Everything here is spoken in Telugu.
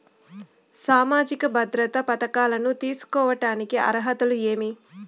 సామాజిక భద్రత పథకాలను తీసుకోడానికి అర్హతలు ఏమి?